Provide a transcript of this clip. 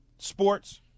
Sports